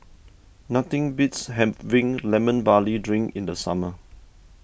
nothing beats having Lemon Barley Drink in the summer